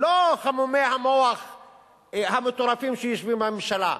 לא חמומי המוח המטורפים שיושבים בממשלה.